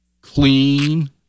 clean